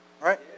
Right